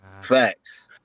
Facts